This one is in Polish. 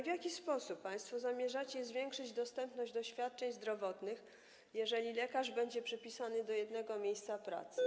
W jaki sposób państwo zamierzacie zwiększyć dostępność świadczeń zdrowotnych, jeżeli lekarz będzie przypisany do jednego miejsca pracy?